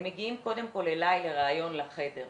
הם מגיעים קודם כל אלי לראיון לחדר,